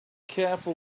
careful